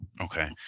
Okay